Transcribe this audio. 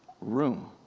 room